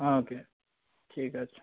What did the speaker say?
ও কে ঠিক আছে